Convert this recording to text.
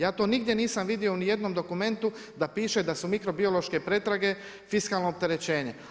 Ja to nigdje nisam vidio ni u jednom dokumentu da piše da su mikrobiološke pretrage fiskalno opterećenje.